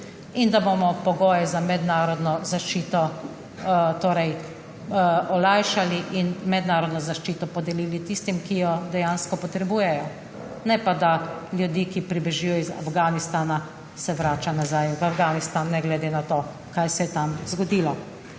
In da bomo pogoje za mednarodno zaščito olajšali in mednarodno zaščito podelili tistim, ki jo dejansko potrebujejo, ne pa, da se ljudi, ki pribežijo iz Afganistana, vrača nazaj v Afganistan ne glede na to, kaj se je tam zgodilo.